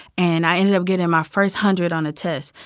and i ended up getting my first hundred on a test,